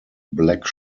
black